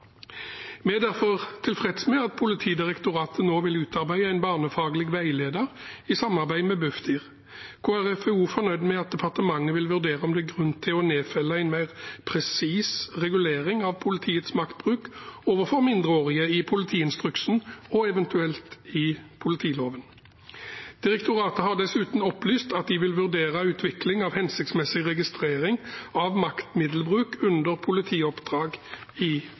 Vi er derfor tilfreds med at Politidirektoratet nå vil utarbeide en barnefaglig veileder i samarbeid med Bufdir. Kristelig Folkeparti er også fornøyd med at departementet vil vurdere om det er grunn til å nedfelle en mer presis regulering av politiets maktbruk overfor mindreårige i politiinstruksen, og eventuelt i politiloven. Direktoratet har dessuten opplyst at de vil vurdere utvikling av hensiktsmessig registrering av maktmiddelbruk under politioppdrag i